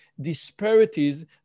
disparities